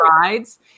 rides